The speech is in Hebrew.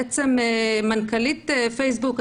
מנכ"לית פייסבוק,